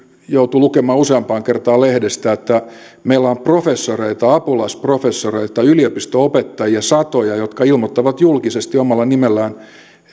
joutui lukemaan useampaan kertaan lehdestä meillä on professoreita ja apulaisprofessoreita yliopisto opettajia satoja jotka ilmoittavat julkisesti omalla nimellään